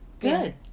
Good